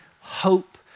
hope